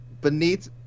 beneath